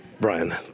brian